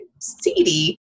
seedy